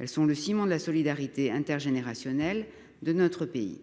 et constituent le ciment de la solidarité intergénérationnelle dans notre pays.